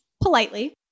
politely